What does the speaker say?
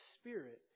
Spirit